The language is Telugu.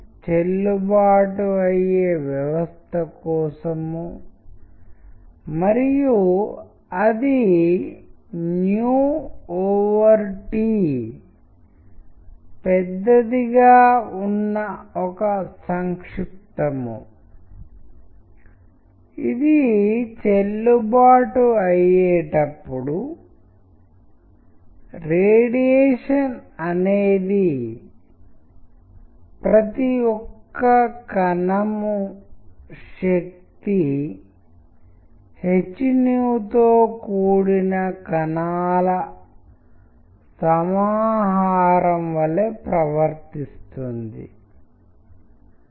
కాబట్టి ఇక్కడ చూస్తున్న విషయాలు చిత్రాలు పాఠాలు వాటి స్థానాలు మరియు ప్రాముఖ్యత చిత్రాలు మరియు పాఠాల మధ్య సంబంధాలు అవి ఎలా సంకర్షణ చెందుతాయి ఇంటరాక్టివ్ అర్థం ఏమిటి మనము ఆడియోను ఉంచినప్పుడు ఏమి జరుగుతుంది మరియు చిత్రం వచనం ఆడియో అనే వాటిపై ఉపన్యాసంలో మనం చూస్తాము మనము దానిని ఇక్కడ చూడము కానీ మీకు ఆ అంశం వచ్చినపుడు దయచేసి దానిని లింక్ చేయండి లేదా ఈ ప్రత్యేక ఉపన్యాసానికి సంబంధించిన సమయం తక్కువగా ఉన్నందున మనము దానిని ఇక్కడ చర్చించలేకపోవచ్చు